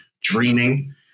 dreaming